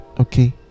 Okay